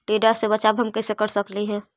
टीडा से बचाव हम कैसे कर सकली हे?